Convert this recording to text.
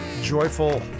joyful